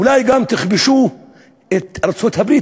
אולי גם תכבשו את ארצות-הברית,